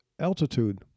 altitude